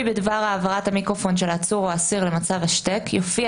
בדבר העברת המיקרופון של העצור או האסיר למצב "השתק" יופיע